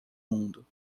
mundo